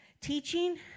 teaching